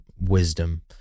wisdom